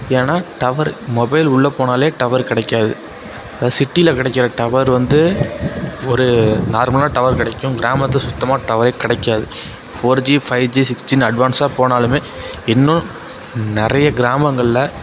ஏன்னா tower mobile உள்ளே போனாலே டவர் கிடைக்காது இப்போ சிட்டியில் கிடைக்கிற டவர் வந்து ஒரு நார்மலாக டவர் கிடைக்கும் கிராமத்தில் சுத்தமாக டவரே கிடைக்காது four G five G six ஜீனு அட்வான்ஸாக போனாலுமே இன்னும் நிறைய கிராமங்களில்